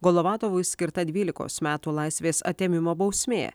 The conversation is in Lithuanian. golovatovui skirta dvylikos metų laisvės atėmimo bausmė